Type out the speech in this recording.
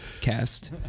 cast